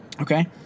Okay